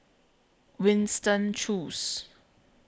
Winston Choos